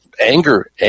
anger